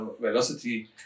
velocity